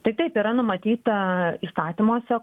tai taip yra numatyta įstatymuose